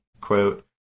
quote